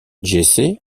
jessé